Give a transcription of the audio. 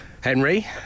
Henry